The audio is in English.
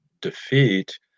defeat